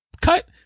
cut